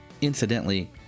Incidentally